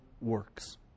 works